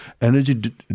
Energy